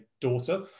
daughter